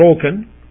broken